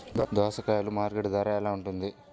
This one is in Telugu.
దోసకాయలు మార్కెట్ ధర ఎలా ఉంటుంది?